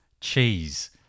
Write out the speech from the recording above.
cheese